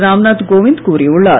ராம்நாத் கோவிந்த் கூறியுள்ளார்